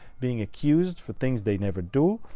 being accused for things they never do.